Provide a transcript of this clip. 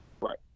Right